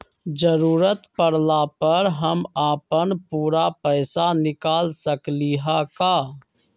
जरूरत परला पर हम अपन पूरा पैसा निकाल सकली ह का?